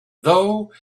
though